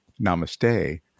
namaste